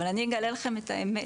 אבל אני אגלה לכם את האמת,